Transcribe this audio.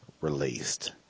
released